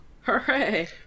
hooray